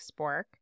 spork